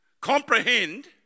Comprehend